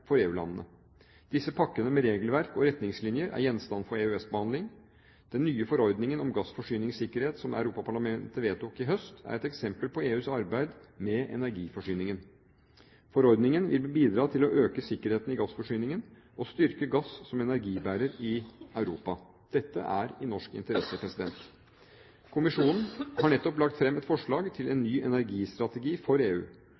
for EU-landene. Disse pakkene med regelverk og retningslinjer er gjenstand for EØS-behandling. Den nye forordningen om gassforsyningssikkerhet som Europaparlamentet vedtok i høst, er et eksempel på EUs arbeid med energiforsyningen. Forordningen vil bidra til å øke sikkerheten i gassforsyningen og styrke gass som energibærer i Europa. Dette er i norsk interesse. Kommisjonen har nettopp lagt fram et forslag til en ny energistrategi for EU.